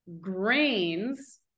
grains